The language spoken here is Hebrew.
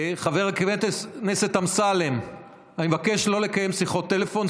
חבר הכנסת אמסלם, אני מבקש לא לקיים שיחות טלפון.